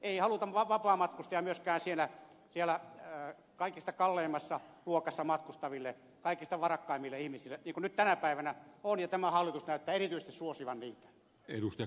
ei haluta vapaamatkustajia myöskään siellä kaikista kalleimmassa luokassa matkustavista kaikista varakkaimmista ihmisistä niin kuin nyt tänä päivänä on ja tämä hallitus näyttää erityisesti suosivan heitä